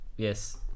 Yes